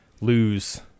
lose